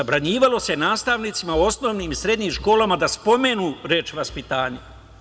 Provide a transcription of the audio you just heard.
Zabranjivalo se nastavnicima u osnovnim i srednjim školama da spomenu reč „vaspitanje“